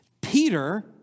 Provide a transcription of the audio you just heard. Peter